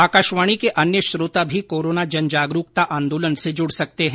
आकाशवाणी के अन्य श्रोता भी कोरोना जनजागरुकता आंदोलन से जुड सकते हैं